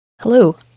Hello